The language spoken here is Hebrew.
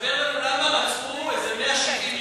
תספר לנו למה רצחו איזה 170 יהודים.